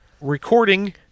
recording